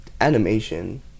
animation